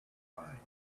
fine